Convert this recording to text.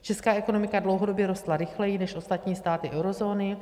Česká ekonomika dlouhodobě rostla rychleji než ostatní státy eurozóny.